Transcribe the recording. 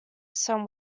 some